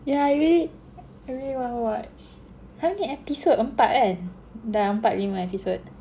yeah I really I really wanna watch how many episode empat kan dah empat lima episode